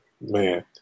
man